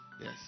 Yes